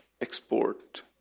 export